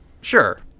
sure